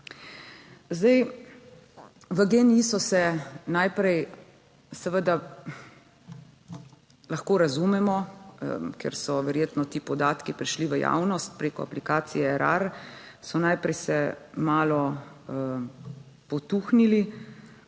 Zdaj, v GEN-I so se najprej, seveda lahko razumemo, ker so verjetno ti podatki prišli v javnost preko aplikacije Erar, so najprej se malo potuhnili,